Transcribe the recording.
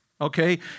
okay